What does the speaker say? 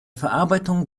verarbeitung